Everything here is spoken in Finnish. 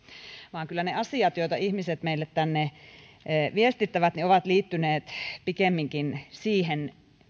vaan kyllä ne asiat joita ihmiset meille tänne viestittävät ovat liittyneet pikemminkin siihen